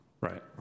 Right